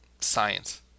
science